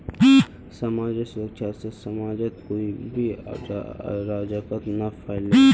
समाजेर सुरक्षा से समाजत कोई भी अराजकता ना फैले